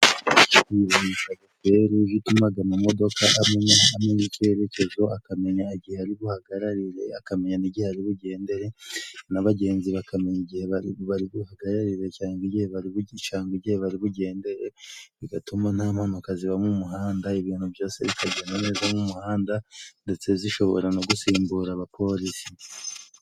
Iyi yitwaga feruje itumaga amamodoka amenya hamwe icerekezo, akamenya igihe ari buhagararire, akamenya n'igihe ari bugendere n'abagenzi bakamenya igihe bari bugararire cangwa igihe bari bugende bigatuma nta mpanuka ziba mu muhanda, ibintu byose bikagenda neza mu muhanda ndetse zishobora no gusimbura abapolisi.